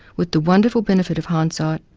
with the wonderful benefit of hindsight,